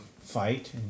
fight